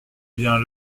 bien